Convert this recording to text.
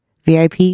VIP